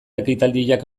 ekitaldiak